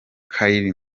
kyle